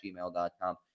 gmail.com